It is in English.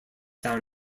down